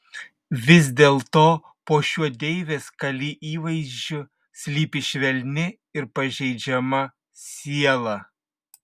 vis dėlto po šiuo deivės kali įvaizdžiu slypi švelni ir pažeidžiama siela